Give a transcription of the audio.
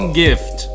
gift